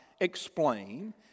explain